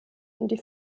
und